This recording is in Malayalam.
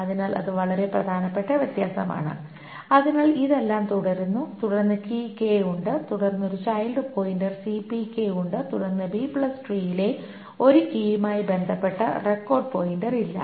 അതിനാൽ അത് വളരെ പ്രധാനപ്പെട്ട വ്യത്യാസമാണ് അതിനാൽ ഇതെല്ലാം തുടരുന്നു തുടർന്ന് ഉണ്ട് തുടർന്ന് ഒരു ചൈൽഡ് പോയിന്റർ ഉണ്ട് തുടർന്ന് ബി ട്രീയിലെ B tree ഒരു കീയുമായി ബന്ധപ്പെട്ട റെക്കോർഡ് പോയിന്റർ ഇല്ല